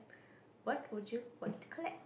what would you want to collect